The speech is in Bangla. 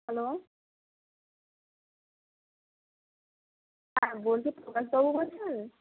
হ্যালো হ্যাঁ বলছি সোমনাথবাবু বলছেন